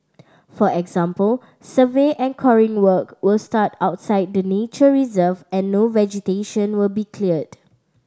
for example survey and coring work were start outside the nature reserve and no vegetation will be cleared